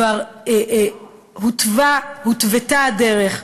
כבר הותוותה הדרך,